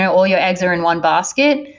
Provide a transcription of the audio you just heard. ah all your eggs are in one basket,